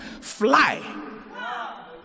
fly